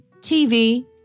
TV